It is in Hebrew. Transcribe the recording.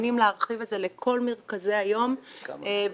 מתכוונים להרחיב את זה לכל מרכזי היום ואנחנו